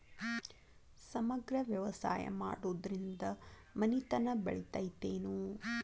ಸಮಗ್ರ ವ್ಯವಸಾಯ ಮಾಡುದ್ರಿಂದ ಮನಿತನ ಬೇಳಿತೈತೇನು?